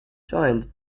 joined